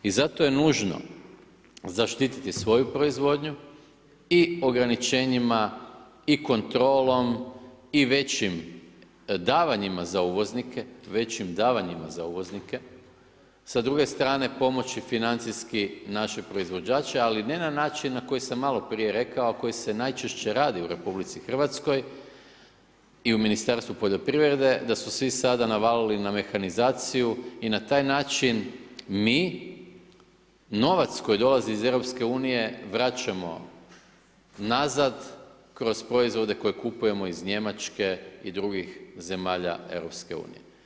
I zato je nužno zaštiti svoju proizvodnju i ograničenjima i kontrolom i većim davanjima za uvoznike, većim davanjima za uvoznike, s druge strane pomoći financijski naše proizvođače ali ne na način na koji sam malo prije rekao a koji se najčešće radi u RH i u Ministarstvu poljoprivrede da su svi sada navalili na mehanizaciju i na taj način mi novac koji dolazi iz EU vraćamo nazad kroz proizvode koje kupujemo iz Njemačke i drugih zemalja EU.